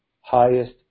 highest